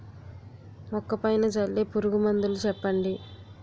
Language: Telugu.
మొక్క పైన చల్లే పురుగు మందులు చెప్పండి?